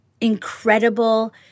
incredible